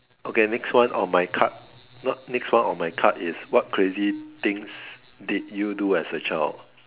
okay next one on my card not next one on my card is what crazy things did you do as a child